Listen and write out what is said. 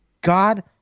god